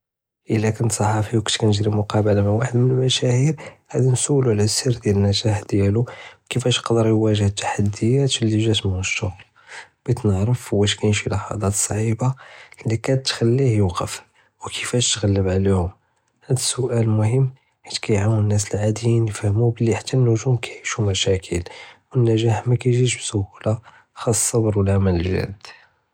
אלא קונט סחאפי ו קונט כנג'רי מוקאבלה מעא ואחד מן אלמשאהיר חית ד ניסולו עלא אלסר דיעל אלנאג'אח דיאלו כיפאש גדר יואג'ה אלתח'דיאת לי גאת מן אלשוהרה בג'ית נערף ווש קיין שי לה'זאת ס'עיבה לי קאנת תח'ליה יוע'ף ו כיפאש תגלב עליהם, האד אס'אלאל מומכן חית קאיעאון הנאס אלעאדיין יפهمו בלי חתי אלנג'ום קיעישו מומכ'יל ו אלנאג'אח מקיג'יש בס'חולה חס אלסבר ואלעמל אלג'אד.